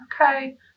okay